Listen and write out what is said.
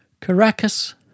Caracas